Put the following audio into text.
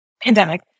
pandemic